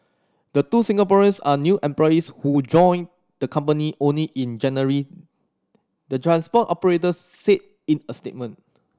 the two Singaporeans are new employees who joined the company only in January the transport operator said in a statement